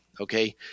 Okay